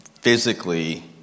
physically